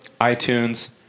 itunes